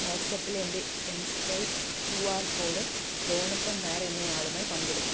വാട്ട്സ്ആപ്പിൽ എൻ്റെ M swipe Q R code Lonappan Nair എന്നയാളുമായി പങ്കിടുക